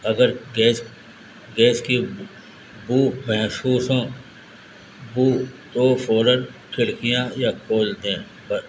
اگر gas gas کی بو محسوس ہوں بو تو فوراً کھڑکیاں یا کھول دیں